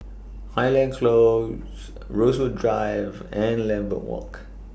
Highland Close Rosewood Drive and Lambeth Walk